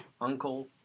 Uncle